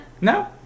No